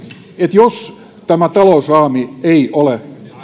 jos tämä talousraami ei ole